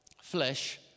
Flesh